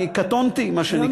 אני קטונתי, מה שנקרא.